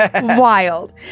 wild